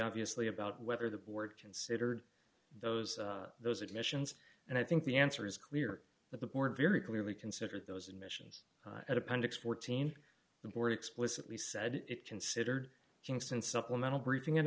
obviously about whether the board considered those those admissions and i think the answer is clear the board very clearly considered those admissions at appendix fourteen the board explicitly said it considered jinx and supplemental briefing